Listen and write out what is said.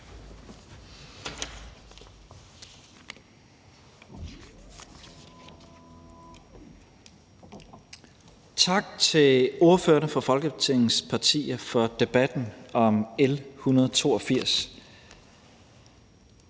Tak til ordførerne for Folketingets partier for debatten om L 182.